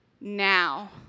now